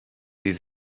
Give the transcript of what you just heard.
sie